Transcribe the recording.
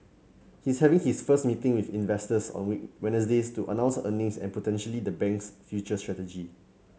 he's having his first meeting with investors on Wednesday to announce earnings and potentially the bank's future strategy